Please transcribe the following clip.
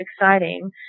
exciting